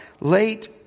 late